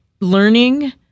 learning